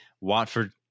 Watford